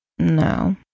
No